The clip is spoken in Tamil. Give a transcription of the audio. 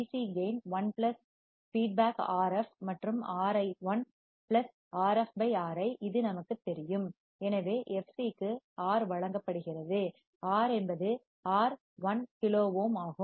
சி கேயின் 1 பிளஸ் பின்னூட்டம் ஃபீட்பேக் Rf மற்றும் Ri1 plus Rf by Ri இது நமக்கு தெரியும் எனவே fc க்கு R வழங்கப்படுகிறது R என்பது R 1 கிலோ ஓம் ஆகும்